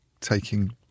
taking